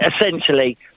essentially